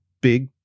big